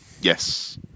Yes